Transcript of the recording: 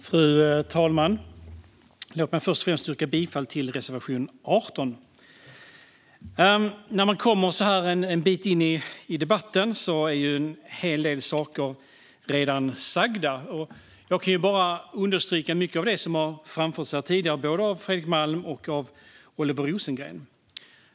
Fru talman! Låt mig först yrka bifall till reservation 18. Så här en bit in i debatten är redan en hel del saker sagda. Jag kan bara understryka mycket av det som har framförts här tidigare, både av Fredrik Malm och av Oliver Rosengren.